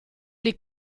gli